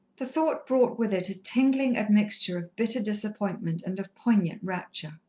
the thought brought with it a tingling admixture of bitter disappointment and of poignant rapture.